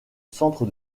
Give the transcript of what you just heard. centre